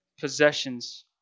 possessions